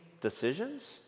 decisions